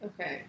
Okay